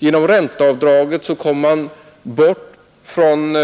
Genom ränteavdraget kommer man bort från